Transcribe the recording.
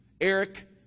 Eric